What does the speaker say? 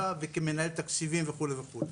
תפקידי כחש וכמנהל תקציבים וכולי וכולי,